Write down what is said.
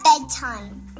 bedtime